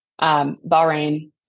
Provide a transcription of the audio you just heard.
Bahrain